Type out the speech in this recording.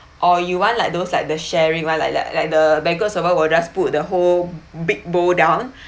or you want like those like the sharing [one] like like like the bagels of all we'll just put the whole big bowl down